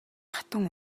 хатан